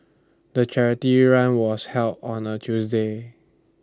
the charity run was held on A Tuesday